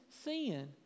sin